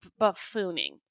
buffooning